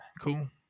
Cool